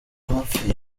bapfuye